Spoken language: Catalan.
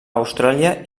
austràlia